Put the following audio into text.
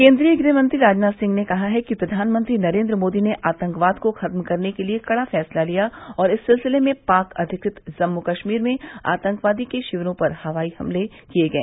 केन्द्रीय गृह मंत्री राजनाथ सिंह ने कहा है कि प्रधानमंत्री नरेन्द्र मोदी ने आतंकवाद को खत्म करने के लिए कड़ा फैसला लिया और इस सिलसिले में पाक अधिकृत जम्मू कस्मीर में आतंकवादियों के शिविरों पर हवाई हमले किए गए